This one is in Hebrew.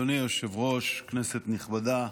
אדוני היושב-ראש, כנסת נכבדה,